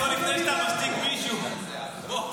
לפני שאתה משתיק מישהו, בוא.